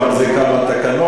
זה גם התקנון,